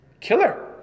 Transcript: killer